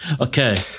Okay